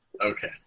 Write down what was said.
Okay